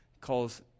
calls